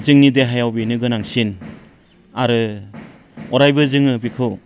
जोंनि देहायाव बेनो गोनांसिन आरो अरायबो जोङो बेखौ